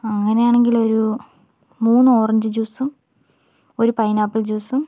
അങ്ങനെയാണെങ്കിൽ ഒരു മൂന്ന് ഓറഞ്ച് ജ്യൂസും ഒരു പൈനാപ്പിൾ ജ്യൂസും